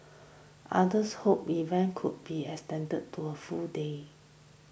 others hoped event could be extended to a full day